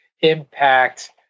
impact